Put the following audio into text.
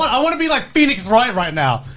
i want to be like phoenix right right now.